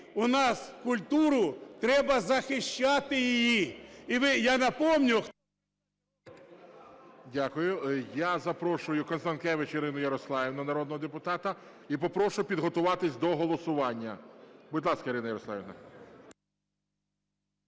У нас культуру, треба захищати її. І я напомню… ГОЛОВУЮЧИЙ. Дякую. Я запрошую Констанкевич Ірину Мирославівну, народного депутата. І попрошу підготуватись до голосування. Будь ласка, Ірина Мирославівна.